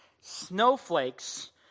snowflakes